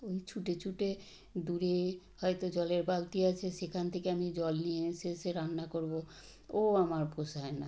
ওই ছুটে ছুটে দূরে হয়তো জলের বালতি আছে সেখান থেকে আমি জল নিয়ে এসে এসে রান্না করব ও আমার পোষায় না